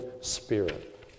Spirit